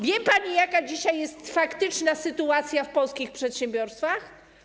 Wie pani, jaka dzisiaj jest faktyczna sytuacja w polskich przedsiębiorstwach?